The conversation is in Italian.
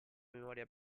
memoria